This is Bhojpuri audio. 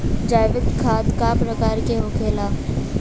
जैविक खाद का प्रकार के होखे ला?